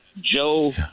Joe